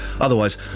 Otherwise